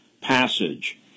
passage